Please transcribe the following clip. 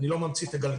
אני לא ממציא את הגלגל.